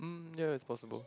ya it's possible